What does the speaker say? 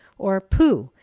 or, pooh!